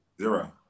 Zero